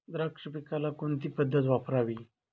द्राक्ष पिकाला कोणती पद्धत वापरावी?